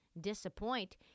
disappoint